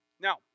Now